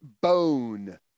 Bone